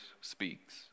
speaks